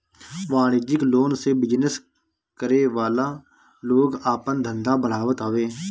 वाणिज्यिक लोन से बिजनेस करे वाला लोग आपन धंधा बढ़ावत हवे